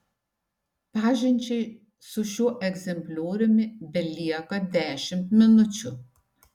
pažinčiai su šiuo egzemplioriumi belieka dešimt minučių